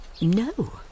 No